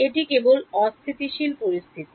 এটি কেবল অস্থিতিশীল পরিস্থিতি